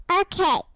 Okay